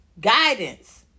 guidance